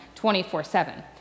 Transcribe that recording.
24-7